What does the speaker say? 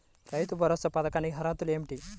రైతు భరోసా పథకానికి అర్హతలు ఏమిటీ?